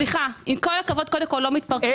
סליחה, עם כל הכבוד, קודם כול לא מתפרצים ---.